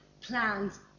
plans